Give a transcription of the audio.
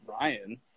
Ryan